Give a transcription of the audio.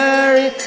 Mary